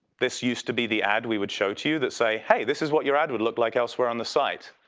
this used to be ad we would show to you, that say hey this is what your ad would look like elsewhere on the site.